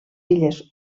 illes